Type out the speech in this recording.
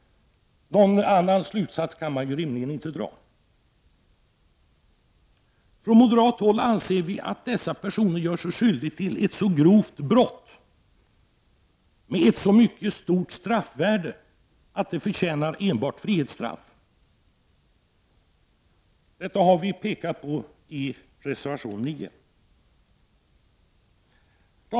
Någon annan slutsats kan vi rimligen inte dra. Från moderat håll anser vi att dessa personer gör sig skyldiga till ett grovt brott med ett så högt straffvärde att det förtjänar enbart frihetsstraff. Detta har vi pekat på i reservation 9. Herr talman!